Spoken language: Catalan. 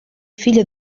filla